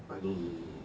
I know